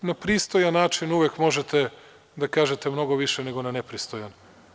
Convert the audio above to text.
Na pristojan način uvek možete da kažete mnogo više nego na nepristojan.